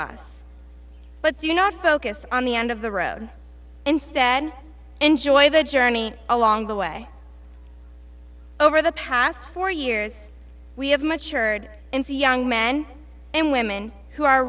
us but do not focus on the end of the road instead enjoy the journey along the way over the past four years we have much heard and see young men and women who are